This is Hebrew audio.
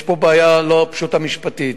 יש פה בעיה לא פשוטה משפטית,